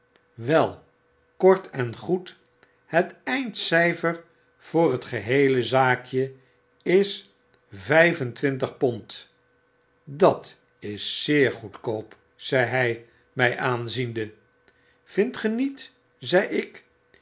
wel kort en goed het eindcyfer voor t geheele zaakje is vyf en twintig pond dat is zeer goedkoop zei hi my aanziende vindt ge niet zei ik